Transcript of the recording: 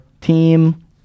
team